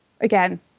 again